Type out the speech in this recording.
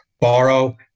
borrow